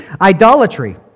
idolatry